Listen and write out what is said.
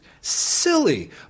silly